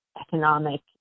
economic